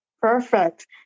perfect